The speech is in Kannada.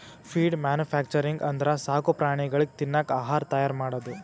ಫೀಡ್ ಮ್ಯಾನುಫ್ಯಾಕ್ಚರಿಂಗ್ ಅಂದ್ರ ಸಾಕು ಪ್ರಾಣಿಗಳಿಗ್ ತಿನ್ನಕ್ ಆಹಾರ್ ತೈಯಾರ್ ಮಾಡದು